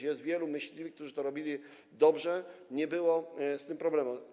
Jest wielu myśliwych, którzy to robili dobrze, i nie było z tym problemów.